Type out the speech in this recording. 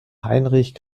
heinrich